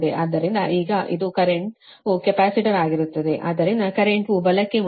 ಆದ್ದರಿಂದ ಈಗ ಇದು ಕರೆಂಟ್ವು ಕೆಪಾಸಿಟರ್ ಆಗಿರುತ್ತದೆ ಆದ್ದರಿಂದ ಕರೆಂಟ್ವು ಬಲಕ್ಕೆ ಮುಂದಾಗಿದೆ